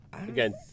Again